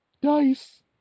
Dice